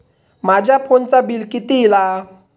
माझ्या फोनचा बिल किती इला?